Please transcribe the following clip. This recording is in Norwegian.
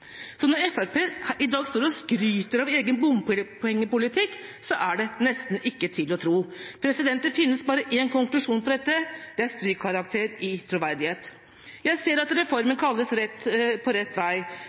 Så når Fremskrittspartiet i dag står og skryter av egen bompengepolitikk, er det nesten ikke til å tro! Det finnes bare én konklusjon på dette, og det er strykkarakter i troverdighet. Jeg ser at reformen kalles «På rett vei»,